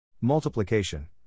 multiplication